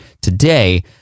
today